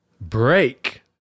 Break